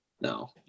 no